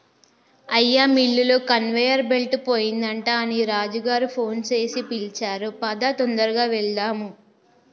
అయ్యా మిల్లులో conveyor belt పోయిందట అని రాజు గారు ఫోన్ సేసి పిలిచారు పదా తొందరగా వెళ్దాము